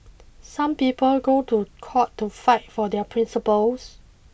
some people go to court to fight for their principles